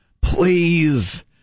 Please